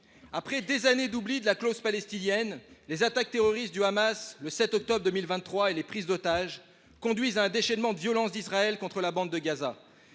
Après des années d’oubli de la cause palestinienne, les attaques terroristes du Hamas du 7 octobre 2023 et les prises d’otages conduisent à un déchaînement de violence d’Israël contre la bande de Gaza.